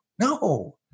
no